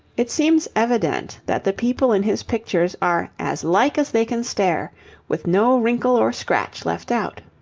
it seems evident that the people in his pictures are as like as they can stare with no wrinkle or scratch left out.